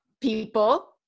people